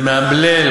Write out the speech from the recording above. זה מאמלל.